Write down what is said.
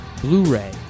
Blu-ray